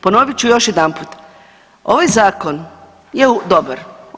Ponovit ću još jedanput, ovaj zakon je dobar.